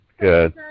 good